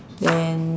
then